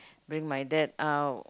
bring my dad out